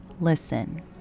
listen